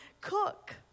cook